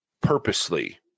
purposely